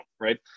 right